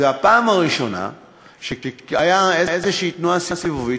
זו הפעם הראשונה שהייתה איזו תנועה סיבובית,